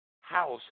house